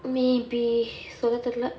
maybe சொல்ல தெரில:solla terila